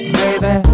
baby